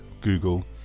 Google